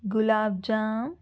gulab jam